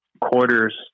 quarters